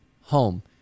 home